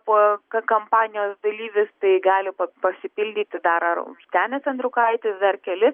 po ka kampanijos dalyvis tai gali pa pasipildyti dar ar vytenis andriukaitis dar keli